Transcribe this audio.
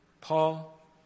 Paul